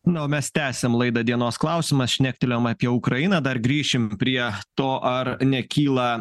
na o mes tęsiam laidą dienos klausimas šnektelėjom apie ukrainą dar grįšim prie to ar nekyla